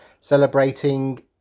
celebrating